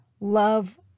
love